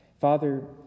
Father